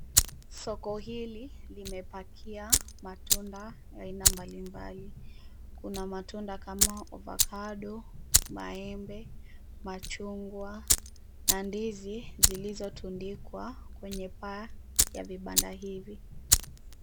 Soko hili limepakia matunda aina mbali mbali kuna matunda kama ovacado, maembe, majungwa na ndizi zilizotundikwa kwenye paa ya vipanda hivi.